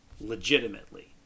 legitimately